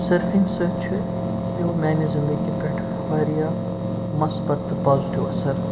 surfing سۭتۍ چھُ پٮ۪وٚو میانہِ زِندگی پٮ۪ٹھ واریاہ مَسبَت تہٕ پازِٹٮ۪و اَثر